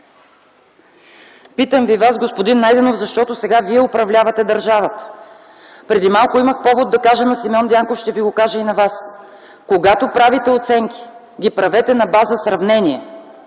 Питам Вас, господин Найденов, защото сега вие управлявате държавата. Преди малко имах повод да кажа на Симеон Дянков, ще го кажа и на Вас: когато правите оценки, ги правете на база сравнение.